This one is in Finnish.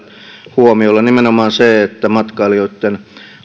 huomiolle nimenomaan sen että matkailijoitten